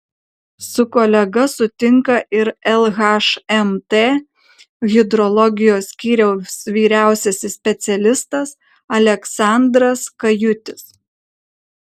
su kolega sutinka ir lhmt hidrologijos skyriaus vyriausiasis specialistas aleksandras kajutis